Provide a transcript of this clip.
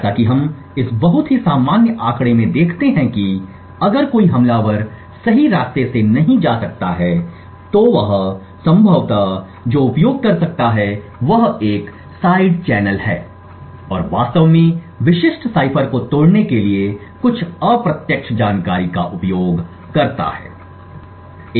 जैसा कि हम इस बहुत ही सामान्य आंकड़े में देखते हैं कि अगर कोई हमलावर सही रास्ते से नहीं जा सकता है तो वह संभवतः जो उपयोग कर सकता है वह एक साइड चैनल है और वास्तव में विशिष्ट साइफर को तोड़ने के लिए कुछ अप्रत्यक्ष जानकारी का उपयोग करें